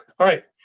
alright,